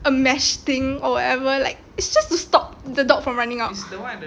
a mesh thing or whatever like it's just to stop the dog from running out